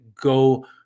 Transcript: go